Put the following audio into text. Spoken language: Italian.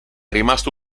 rimasto